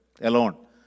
alone